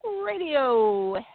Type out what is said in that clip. Radio